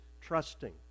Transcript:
trusting